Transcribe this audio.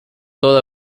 toda